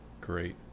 great